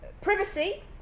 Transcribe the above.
Privacy